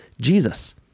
Jesus